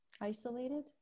Isolated